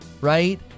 right